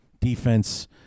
defense